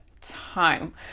time